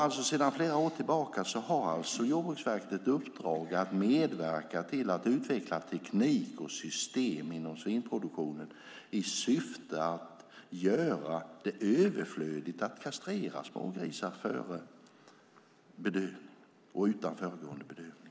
Sedan flera år tillbaka har Jordbruksverket ett uppdrag att medverka till att utveckla teknik och system inom svinproduktionen i syfte att göra det överflödigt att kastrera smågrisar utan föregående bedövning.